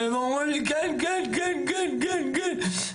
והם אמרו לי כן כן כן כן כן כן,